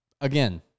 again